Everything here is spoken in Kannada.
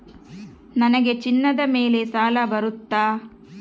ನನಗೆ ಚಿನ್ನದ ಮೇಲೆ ಸಾಲ ಬರುತ್ತಾ?